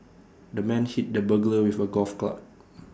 the man hit the burglar with A golf club